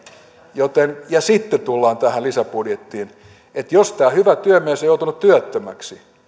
joten ja sitten tullaan tähän lisäbudjettiin jos tämä hyvä työmies on joutunut työttömäksi